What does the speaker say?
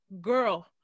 girl